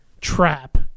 trap